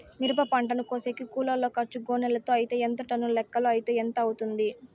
మిరప పంటను కోసేకి కూలోల్ల ఖర్చు గోనెలతో అయితే ఎంత టన్నుల లెక్కలో అయితే ఎంత అవుతుంది?